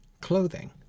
clothing